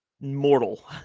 mortal